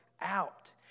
out